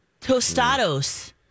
Tostados